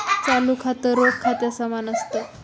चालू खातं, रोख खात्या समान असत